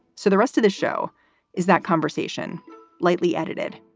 so the rest of the show is that conversation lightly edited.